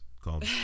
called